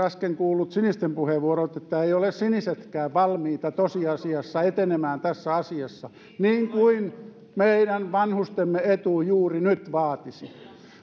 äsken kuullut sinisten puheenvuorot eivät ole sinisetkään valmiita tosiasiassa etenemään tässä asiassa niin kuin meidän vanhustemme etu juuri nyt vaatisi